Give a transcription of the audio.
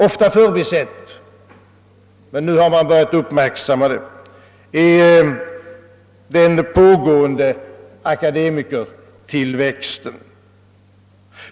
Ofta förbisedd — men nu har man börjat uppmärksamma den — är den pågående akademikertillväxten.